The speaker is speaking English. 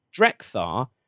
Drekthar